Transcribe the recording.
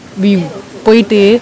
we போய்ட்டு:poyittu